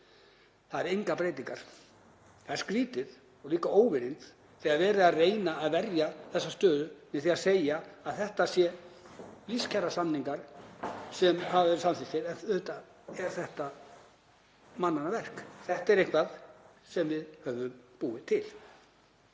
Það eru engar breytingar. Það er skrýtið og líka óvirðing þegar verið er að reyna að verja þessa stöðu með því að segja að þetta séu lífskjarasamningar sem hafi verið samþykktir. Auðvitað er þetta mannanna verk. Þetta er eitthvað sem við höfum búið til.